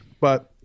But-